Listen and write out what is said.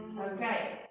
Okay